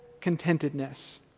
contentedness